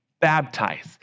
baptize